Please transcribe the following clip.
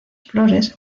flores